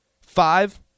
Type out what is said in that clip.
Five